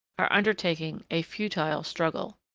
are undertaking a futile struggle.